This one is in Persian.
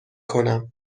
کنم